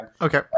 okay